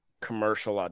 commercial